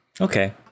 Okay